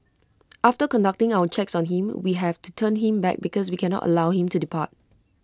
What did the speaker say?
after conducting our checks on him we have to turn him back because we cannot allow him to depart